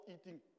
eating